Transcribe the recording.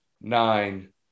nine